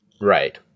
Right